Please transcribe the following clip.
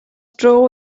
dro